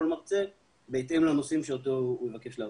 מרצה בהתאם לנושאים שעליהם הוא יבקש להרצות.